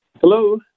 Hello